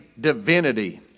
divinity